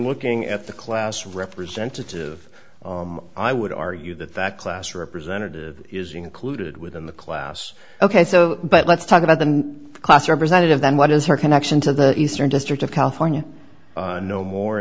looking at the class representative i would argue that that class representative is included within the class ok so but let's talk about the class representative then what is her connection to the eastern district of california no more